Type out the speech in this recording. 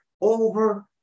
over